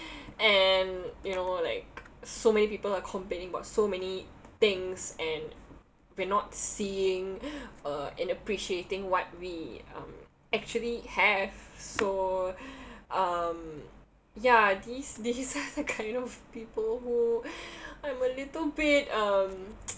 and you know like so many people are complaining about so many things and we're not seeing uh and appreciating what we actually have so um ya these these are the kind of people who I'm a little bit um